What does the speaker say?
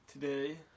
today